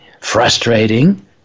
frustrating